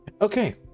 okay